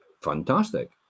Fantastic